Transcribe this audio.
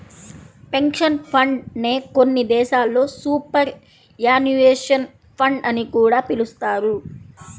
pension fund నే కొన్ని దేశాల్లో సూపర్ యాన్యుయేషన్ ఫండ్ అని కూడా పిలుస్తారు